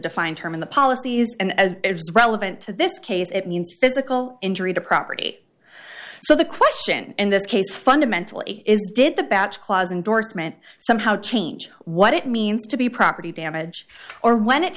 defined term in the policies and as is relevant to this case it means physical injury to property so the question in this case fundamentally is did the bats clause indorsement somehow change what it means to be property damage or when it